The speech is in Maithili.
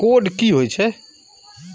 कोड की होय छै?